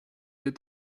did